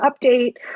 update